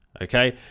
okay